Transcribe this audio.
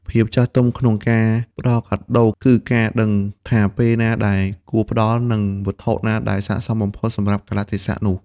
ភាពចាស់ទុំក្នុងការផ្ដល់កាដូ គឺការដឹងថាពេលណាដែលគួរផ្ដល់ និងវត្ថុណាដែលស័ក្តិសមបំផុតសម្រាប់កាលៈទេសៈនោះ។